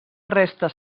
restes